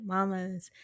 Mamas